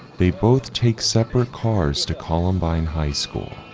they both take separate cars to columbine high school.